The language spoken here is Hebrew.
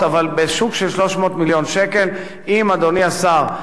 אם אדוני השר ישיג 100 מיליון שקל להסדרה,